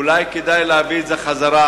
אולי כדאי להביא אותה חזרה,